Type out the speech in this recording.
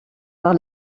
par